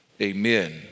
Amen